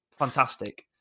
Fantastic